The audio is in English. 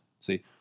See